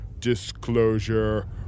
disclosure